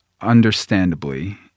understandably